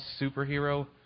superhero